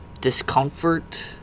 discomfort